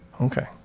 Okay